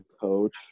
coach